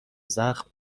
زخم